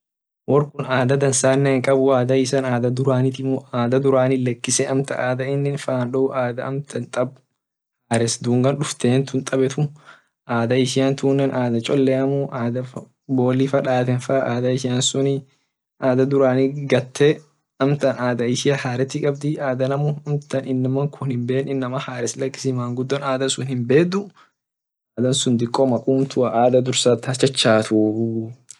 Workun ada dansane hinkabu ada isana ada duranitimuu ada durani lakise ada inin amtan fan do ada amtan hares tab dunga duften ada ishian tunne ada choleamu ada bolifa daten faa adha ishian sunni adha durni gatee amtan ada hareti kabdi ada inama hinben inama hares lakis mangudo ada sun himbedu diko makuntua wo ada durani gachachatuu.